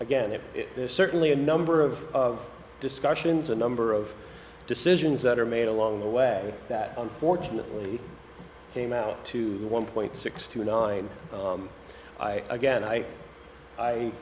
is certainly a number of of discussions a number of decisions that are made along the way that unfortunately came out to the one point six to nine i again i i